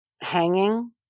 Hanging